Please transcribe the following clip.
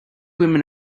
women